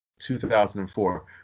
2004